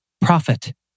profit